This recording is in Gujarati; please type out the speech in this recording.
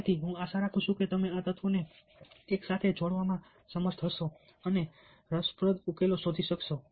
તેથી હું આશા રાખું છું કે તમે આ તત્વોને એકસાથે જોડવામાં સમર્થ હશો અને રસપ્રદ ઉકેલો શોધી શકશો